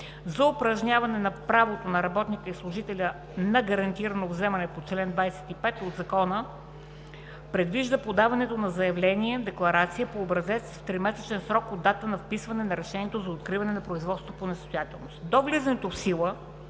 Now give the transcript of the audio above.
За упражняване на правото на работника и служителя на гарантирано вземане по чл. 25 от Закона се предвижда подаването на заявление – декларация по образец в тримесечен срок от датата на вписване на решението за откриване на производство по несъстоятелност. До влизането в сила